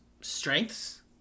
strengths